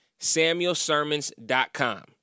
samuelsermons.com